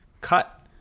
cut